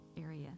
area